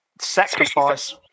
Sacrifice